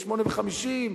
ב-08:50,